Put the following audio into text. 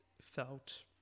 felt